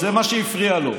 זה מה שהפריע לו.